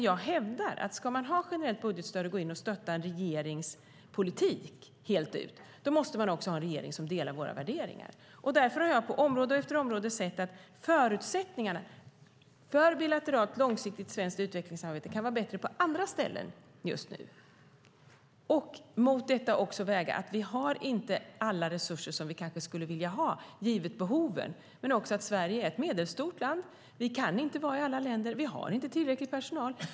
Jag hävdar att ska man ha ett generellt budgetstöd och gå in och stötta en regerings politik fullt ut måste det vara en regering som delar våra värderingar. Jag har på område efter område sett att förutsättningarna för bilateralt långsiktigt svenskt utvecklingssamarbete kan vara bättre på andra ställen just nu. Mot detta ska man väga att vi inte har alla resurser som vi kanske skulle vilja ha, givet behoven, men också att Sverige är ett medelstort land. Vi kan inte vara i alla länder. Vi har inte tillräckligt med personal.